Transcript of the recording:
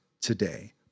today